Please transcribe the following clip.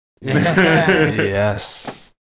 Yes